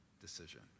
decision